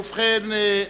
ובכן,